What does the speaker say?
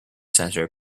center